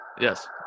Yes